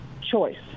choice